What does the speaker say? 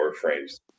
frames